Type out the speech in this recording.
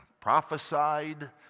Prophesied